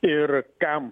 ir kam